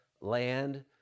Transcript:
land